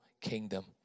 kingdom